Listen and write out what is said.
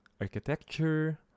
architecture